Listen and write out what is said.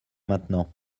maintenant